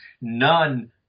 none